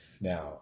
Now